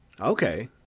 Okay